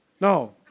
No